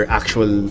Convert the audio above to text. actual